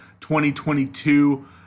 2022